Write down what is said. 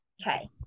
Okay